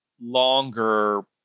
longer